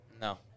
no